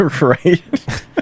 right